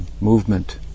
movement